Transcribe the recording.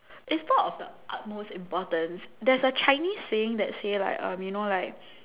is not of the utmost importance there's a Chinese saying that say like you know like